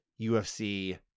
UFC